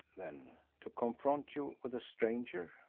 then, to confront you with a stranger?